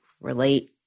relate